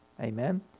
Amen